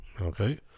okay